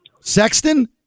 Sexton